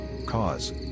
cause